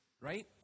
right